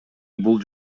бул